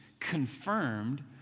Confirmed